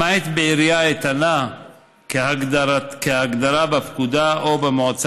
למעט בעירייה אתנה כהגדרתה בפקודה או במועצה